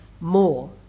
more